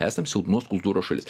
esam silpnos kultūros šalis